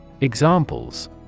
Examples